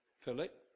Philip